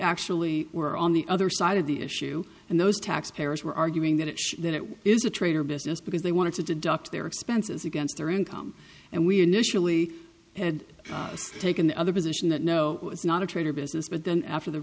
actually were on the other side of the issue and those tax payers were arguing that it shows that it is a traitor business because they wanted to deduct their expenses against their income and we initially and taken the other position that no it's not a trade or business but then after the